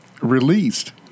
released